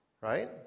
right